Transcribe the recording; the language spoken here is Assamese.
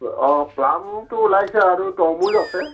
অঁ প্লামটো ওলাইছে আৰু তৰমুজ আছে